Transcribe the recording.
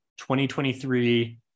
2023